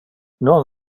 non